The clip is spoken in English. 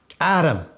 Adam